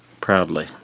Proudly